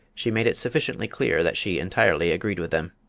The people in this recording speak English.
she made it sufficiently clear that she entirely agreed with them.